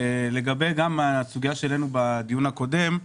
לגבי הסוגיה שהעלינו בדיון הקודם,